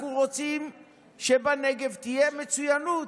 אנחנו רוצים שבנגב תהיה מצוינות.